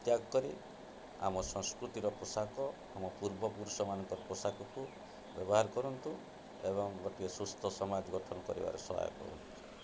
ତ୍ୟାଗ କରି ଆମ ସଂସ୍କୃତିର ପୋଷାକ ଆମ ପୂର୍ବପୁରୁଷମାନଙ୍କର ପୋଷାକକୁ ବ୍ୟବହାର କରନ୍ତୁ ଏବଂ ଗୋଟିଏ ସୁସ୍ଥ ସମାଜ ଗଠନ କରିବାରେ ସହାୟ କରନ୍ତୁ